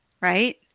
right